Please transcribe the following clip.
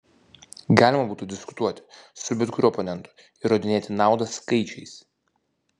galima būtų diskutuoti su bet kuriuo oponentu įrodinėti naudą skaičiais